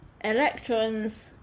Electrons